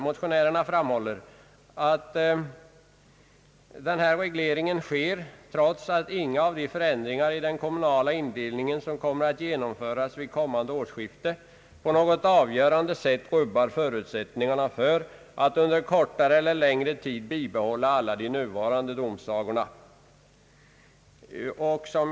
Motionärerna — framhåller = vidare: »Regleringen sker trots att inga av de förändringar i den kommunala indelningen, som kommer att genomföras vid kommande årsskifte, på något avgörande sätt rubbar förutsättningarna för att under en kortare eller längre tid bibehålla alla de nuvarande domsagorna.